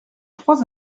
trois